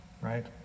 right